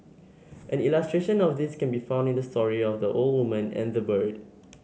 an illustration of this can be found in the story of the old woman and the bird